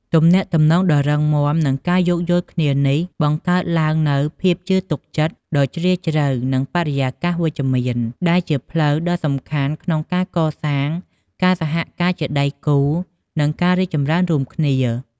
ទំនាក់ទំនងដ៏រឹងមាំ និងការយោគយល់គ្នានេះ បង្កើតឡើងនូវភាពជឿទុកចិត្តដ៏ជ្រាលជ្រៅ និងបរិយាកាសវិជ្ជមាន ដែលជាផ្លូវដ៏សំខាន់ក្នុងការកសាងការសហការជាដៃគូ និងការរីកចម្រើនរួមគ្នា ។